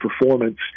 performance